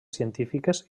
científiques